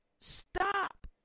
Stop